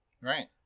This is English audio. Right